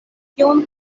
tion